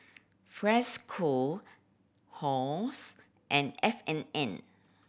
Freshkon Halls and F and N